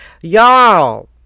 Y'all